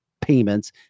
payments